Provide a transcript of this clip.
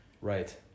Right